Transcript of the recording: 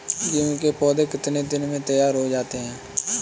गेहूँ के पौधे कितने दिन में तैयार हो जाते हैं?